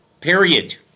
Period